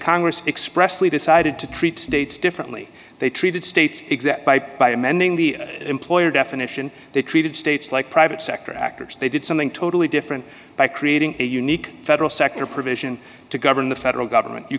congress expressly decided to treat states differently they treated states exist by amending the employer definition they treated states like private sector actors they did something totally different by creating a unique federal sector provision to govern the federal government you